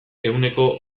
ehuneko